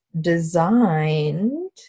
designed